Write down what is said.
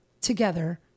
together